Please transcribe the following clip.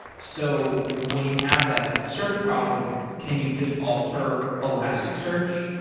so when you have that search problem, can you just alter elastic search,